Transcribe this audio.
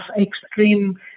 extreme